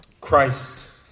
Christ